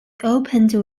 opened